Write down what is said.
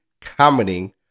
commenting